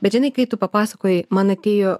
bet žinai kai tu papasakojai man atėjo